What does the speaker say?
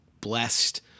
blessed